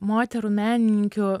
moterų menininkių